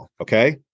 okay